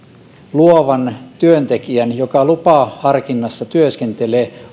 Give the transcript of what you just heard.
luovan työntekijän joka lupaharkinnassa työskentelee